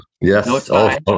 Yes